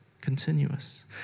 continuous